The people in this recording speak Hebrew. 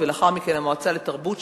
ולאחר מכן המועצה לתרבות,